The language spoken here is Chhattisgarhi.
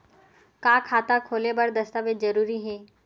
का खाता खोले बर दस्तावेज जरूरी हे?